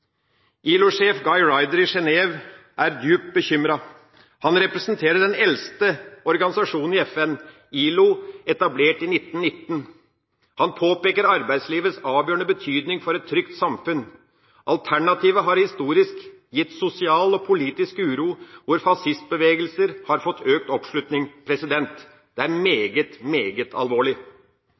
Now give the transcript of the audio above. i Genève er dypt bekymret. Han representerer den eldste organisasjonen i FN, etablert i 1919, og påpeker arbeidslivets avgjørende betydning for et trygt samfunn. Alternativet har historisk gitt sosial og politisk uro, hvor fascistbevegelser har fått økt oppslutning. Det er meget alvorlig.